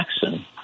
Jackson